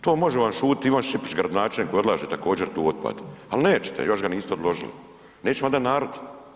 To može vam šutiti Ivan Šišić, gradonačelnik koji odlaže također tu otpad, ali nećete, još ga niste odložili, neće vam dat narod.